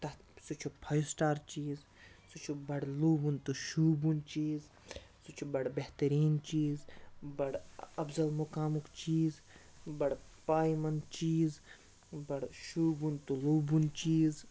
تَتھ سُہ چھُ فایو سٹار چیٖز سُہ چھُ بَڑٕ لوٗبوُن تہٕ شوٗبوُن چیٖز سُہ چھُ بَڑٕ بہتریٖن چیٖز بَڑٕ اَفضل مُقامُک چیٖز بَڑٕ پایمَنٛد چیٖز بَڑٕ شوٗبوُن تہٕ لوٗبوُن چیٖز